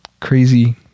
crazy